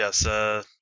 yes